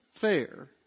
fair